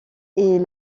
est